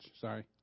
Sorry